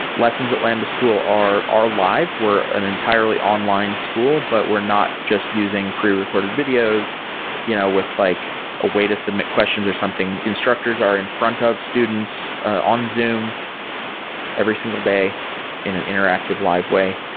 lessons at lambda school are are live. we're an entirely online school, but we're not just using prerecorded videos you know with like a way to submit questions or something. instructors are in front of students on zoom every single day in an interactive live way.